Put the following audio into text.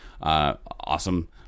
Awesome